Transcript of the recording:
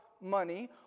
money